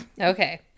Okay